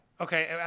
Okay